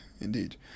Indeed